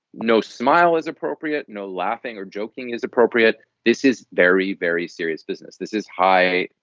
no smile is appropriate, no laughing or joking is appropriate. this is very, very serious business. this is high.